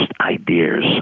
ideas